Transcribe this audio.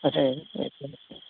আচ্ছা আচ্ছা